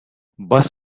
bus